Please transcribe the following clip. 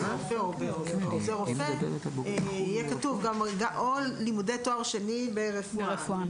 עוזר רופא" יהיה כתוב גם "או לימודי תואר שני ברפואה".